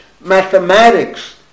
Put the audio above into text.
mathematics